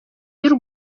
y’u